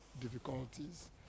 difficulties